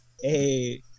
Hey